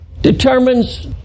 determines